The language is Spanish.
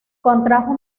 contrajo